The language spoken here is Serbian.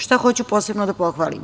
Šta hoću posebno da pohvalim?